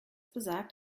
besagt